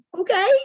Okay